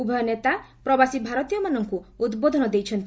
ଉଭୟ ନେତା ପ୍ରବାସୀ ଭାରତୀୟମାନଙ୍କୁ ଉଦ୍ବୋଧନ ଦେଇଛନ୍ତି